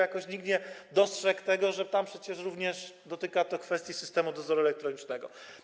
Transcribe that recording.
Jakoś nikt nie dostrzegł tego, że tam przecież również dotyka to kwestii systemu dozoru elektronicznego.